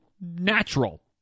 natural